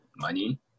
money